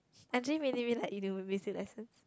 I didn't really really like lessons